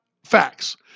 Facts